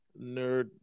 nerd